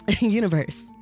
Universe